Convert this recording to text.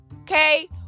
Okay